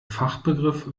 fachbegriff